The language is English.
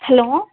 hello